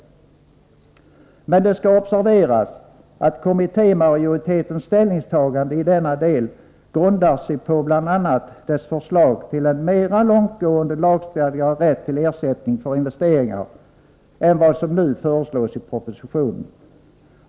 Men det skall observeras att kommittémajoritetens ställningstagande i denna del grundar sig på bl.a. dess förslag till en mera långtgående lagstadgad rätt till ersättning för investeringar än vad som nu föreslås i propositionen.